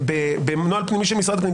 כמו נוהל של משרד הפנים,